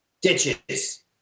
ditches